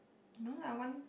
no lah one